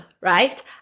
right